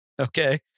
Okay